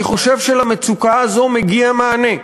אני חושב שלמצוקה הזאת מגיע מענה.